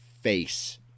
face